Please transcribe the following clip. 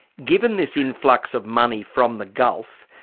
given this influx of money from the gulf.